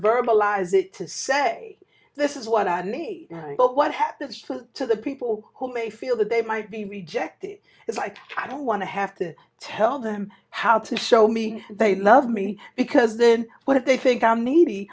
verbalize it to say this is what i mean but what happens for to the people who may feel that they might be rejected is like i don't want to have to tell them how to show me they love me because then what if they think i'm needy